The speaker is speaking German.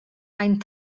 ein